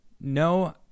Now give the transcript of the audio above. No